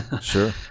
Sure